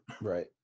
Right